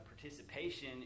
participation